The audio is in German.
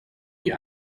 die